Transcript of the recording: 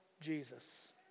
Jesus